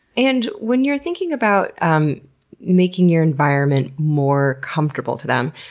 and when you're thinking about um making your environment more comfortable to them,